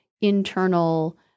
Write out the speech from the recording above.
internal